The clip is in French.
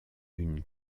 une